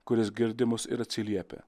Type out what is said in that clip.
kuris girdi mus ir atsiliepia